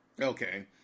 Okay